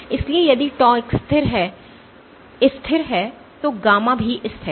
इसलिए यदि tau स्थिर है तो गामा भी स्थिर है